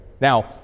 Now